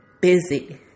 busy